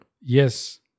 Yes